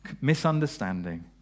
misunderstanding